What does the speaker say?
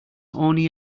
only